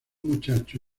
muchacho